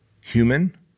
human